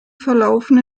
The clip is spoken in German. verlaufen